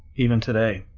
even today.